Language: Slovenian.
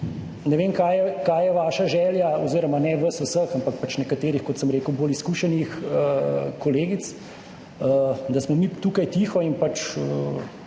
ne vem, kaj je vaša želja oziroma ne vas vseh, ampak pač nekaterih, kot sem rekel, bolj izkušenih kolegic. Da smo mi tukaj tiho in pač